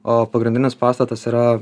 o pagrindinis pastatas yra